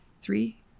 three